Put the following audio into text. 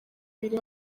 ibiri